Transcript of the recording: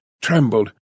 trembled